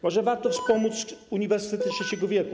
Może warto wspomóc uniwersytety trzeciego wieku?